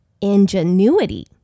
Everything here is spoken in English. Ingenuity